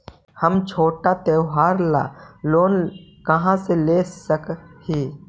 हम छोटा त्योहार ला लोन कहाँ से ले सक ही?